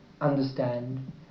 understand